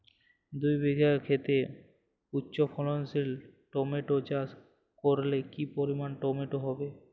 দুই বিঘা খেতে উচ্চফলনশীল টমেটো চাষ করলে কি পরিমাণ টমেটো হবে?